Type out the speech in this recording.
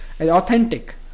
Authentic